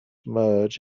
merge